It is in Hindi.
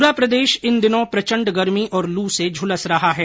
पूरा प्रदेश इन दिनों प्रचण्ड गर्मी और लू से झुलस रहा है